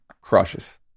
Crushes